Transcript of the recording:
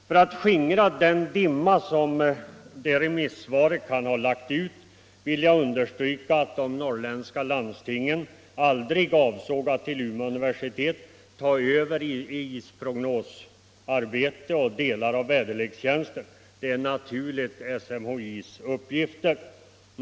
För att skingra den dimma som det remissvaret kan ha lagt ut vill jag understryka att de norrländska landstingen aldrig avsåg att till Umeå universitet föra över isprognosverksamheten och delar av väderlekstjänsten, som helt naturligt är SMHI:s uppgifter.